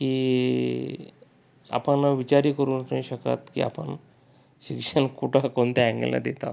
की आपण विचारही करू नाही शकत की आपण शिक्षण कुठं कोणत्या अँगलने देत आहोत